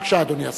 בבקשה, אדוני השר.